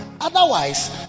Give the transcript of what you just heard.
otherwise